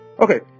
Okay